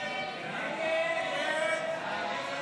ההצעה